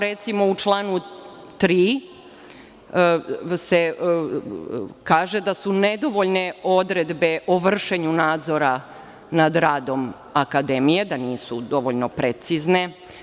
Recimo, u članu 3. se kaže da su nedovoljne odredbe o vršenju nadzora nad radom akademije, da nisu dovoljno precizne.